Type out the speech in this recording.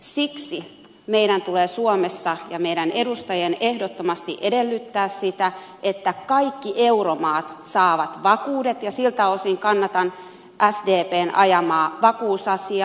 siksi meidän tulee suomessa myös meidän edustajien ehdottomasti edellyttää sitä että kaikki euromaat saavat vakuudet ja siltä osin kannatan sdpn ajamaa vakuusasiaa